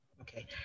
Okay